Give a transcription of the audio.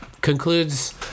concludes